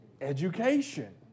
education